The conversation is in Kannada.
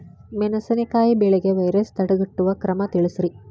ಮೆಣಸಿನಕಾಯಿ ಬೆಳೆಗೆ ವೈರಸ್ ತಡೆಗಟ್ಟುವ ಕ್ರಮ ತಿಳಸ್ರಿ